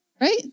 Right